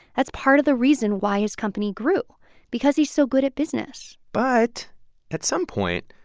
that's part of the reason why his company grew because he's so good at business but at some point,